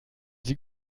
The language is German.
sie